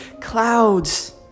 clouds